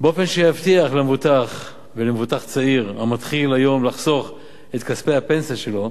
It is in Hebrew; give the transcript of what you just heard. באופן שיבטיח למבוטח צעיר המתחיל היום לחסוך את כספי הפנסיה שלו